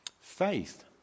faith